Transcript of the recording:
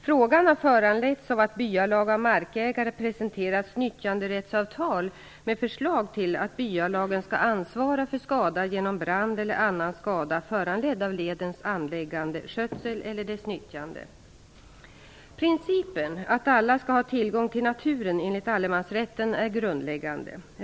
Frågan har föranletts av att byalag av markägare presenterats nyttjanderättsavtal med förslag till att byalagen skall ansvara för skada genom brand eller annan skada föranledd av ledens anläggande, skötsel eller dess nyttjande. Principen att alla skall ha tillgång till naturen enligt allemansrätten är grundläggande.